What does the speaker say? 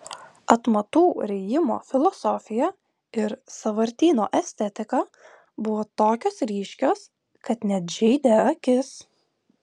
atmatų rijimo filosofija ir sąvartyno estetika buvo tokios ryškios kad net žeidė akis